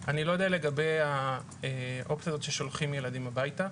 אני לא יודע לגבי האופציה הזאת ששולחים ילדים הביתה.